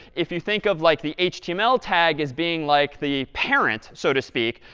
if you think of like the html tag as being like the parent, so to speak,